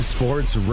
Sports